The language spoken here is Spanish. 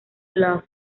love